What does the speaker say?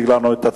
מס' 60) (איסור פרסום),